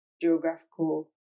geographical